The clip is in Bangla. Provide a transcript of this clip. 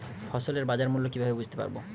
ফসলের বাজার মূল্য কিভাবে বুঝতে পারব?